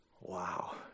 wow